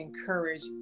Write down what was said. encourage